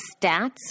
stats